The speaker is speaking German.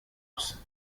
aus